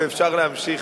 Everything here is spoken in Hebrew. ואפשר להמשיך